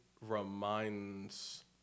reminds